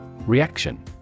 Reaction